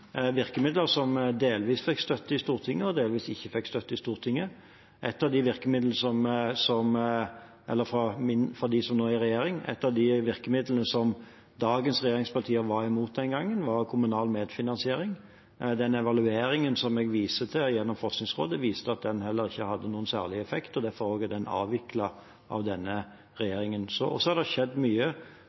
virkemidler som delvis fikk støtte i Stortinget og delvis ikke fikk støtte i Stortinget fra dem som nå er i regjering. Ett av de virkemidlene som dagens regjeringspartier var imot den gangen, var kommunal medfinansiering. Den evalueringen som jeg viste til gjennom Forskningsrådet, viste at det heller ikke hadde noen særlig effekt, og derfor ble det avviklet av denne regjeringen. Så har det skjedd mye på samhandlingssiden også siden det, bl.a. og ikke minst knyttet til det